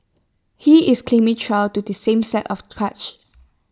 he is claiming trial to the same set of charges